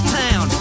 town